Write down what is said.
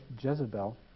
Jezebel